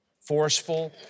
forceful